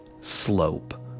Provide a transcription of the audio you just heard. slope